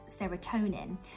serotonin